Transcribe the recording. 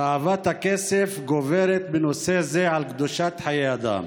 תאוות הכסף גוברת בנושא זה על קדושת חיי אדם.